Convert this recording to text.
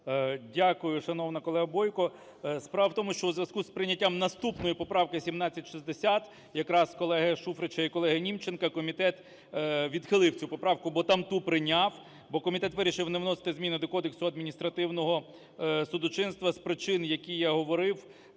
Дякую, шановна колега Бойко. Справа в тому, що у зв'язку з прийняттям наступної поправки 1760 якраз колеги Шуфрича і колеги Німченка, комітет відхилив цю поправку, бо там ту прийняв, бо комітет вирішив не вносити зміни до Кодексу адміністративного судочинства з причин, які я говорив,